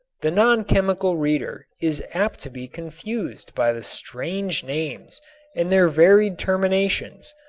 the non-chemical reader is apt to be confused by the strange names and their varied terminations,